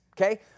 okay